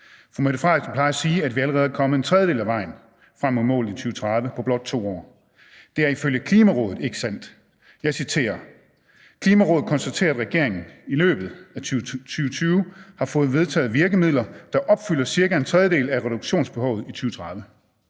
Statsministeren plejer at sige, at vi allerede er kommet en tredjedel af vejen frem mod målet i 2030 på blot 2 år. Det er ifølge Klimarådet ikke sandt. Jeg citerer: »Klimarådet konstaterer, at regeringen i løbet af 2020 har fået vedtaget virkemidler, der opfylder cirka en tredjedel af reduktionsbehovet i 2030.